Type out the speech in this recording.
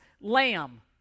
Lamb